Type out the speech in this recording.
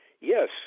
Yes